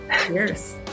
Cheers